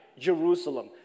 Jerusalem